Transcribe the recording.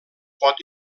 pot